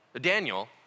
Daniel